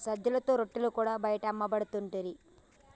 సజ్జలతో రొట్టెలు కూడా బయట అమ్మపడుతుంటిరి